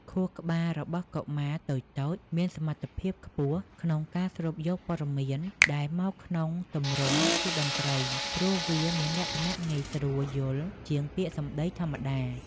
ខួរក្បាលរបស់កុមារតូចៗមានសមត្ថភាពខ្ពស់ក្នុងការស្រូបយកព័ត៌មានដែលមកក្នុងទម្រង់ជាតន្ត្រី ព្រោះវាមានលក្ខណៈងាយស្រួលយល់ជាងពាក្យសម្តីធម្មតា។